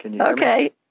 okay